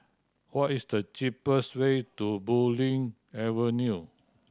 what is the cheapest way to Bulim Avenue